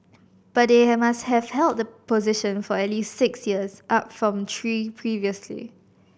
but they have must have held the position for at least six years up from three previously